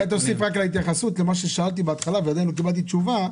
אולי תוסיף להתייחסות את מה ששאלתי בהתחלה ועדיין לא קיבלתי תשובה.